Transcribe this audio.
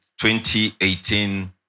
2018